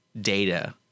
data